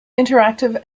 interactive